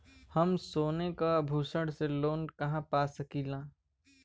हम सोने के आभूषण से लोन कहा पा सकीला?